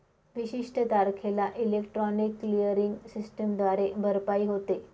विशिष्ट तारखेला electronic clearing सिस्टमद्वारे भरपाई होते